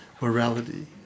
morality